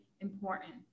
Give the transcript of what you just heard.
important